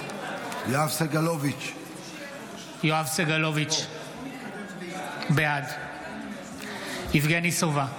סגלוביץ' בעד יבגני סובה,